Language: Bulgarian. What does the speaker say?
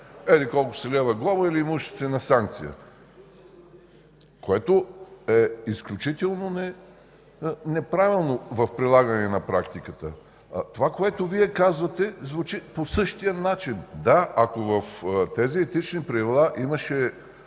еди колко си лева глоба или имуществена санкция, което е изключително неправилно в прилагане на практиката. Това, което казвате Вие, звучи по същия начин. Да, ако в тези етични правила имаше